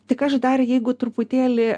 tik aš dar jeigu truputėlį